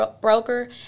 broker